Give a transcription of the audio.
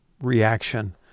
reaction